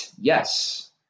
yes